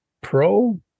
Pro